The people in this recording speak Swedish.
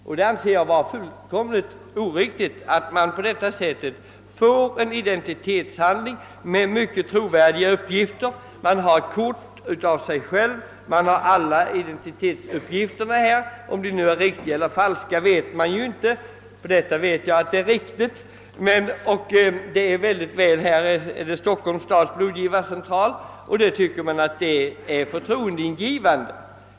Jag anser det vara helt oriktigt att man så här okontrollerat skall kunna få en identitetshandling med mycket trovärdiga uppgifter. Man har ett kort av sig själv, man har alla identitetsuppgifter — om de är riktiga eller falska går inte att direkt avgöra. I detta fall vet jag att uppgifterna är riktiga. Kortet är utfärdat av Stockholms stads blodgivarcentral, och det tycker man är förtroendeingivande.